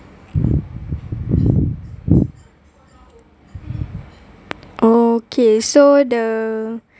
okay so the